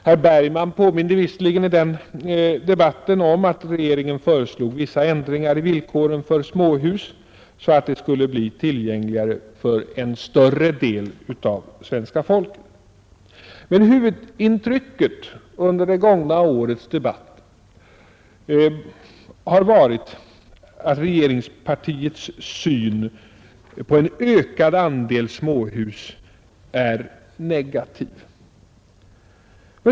Herr Bergman påminde visserligen i debatten om att regeringen föreslog ett antal förändringar i villkoren för småhus så att de skulle bli tillgängligare för en större del av svenska folket. Men huvudintrycket under det gångna årets debatt har varit att regeringspartiets syn på en ökad andel småhus är negativ.